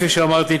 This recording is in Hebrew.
כפי שאמרתי,